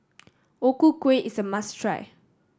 O Ku Kueh is a must try